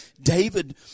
David